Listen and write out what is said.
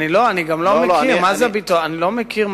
לא יודע על מה מדובר, אני לא מכיר דבר כזה בכלל.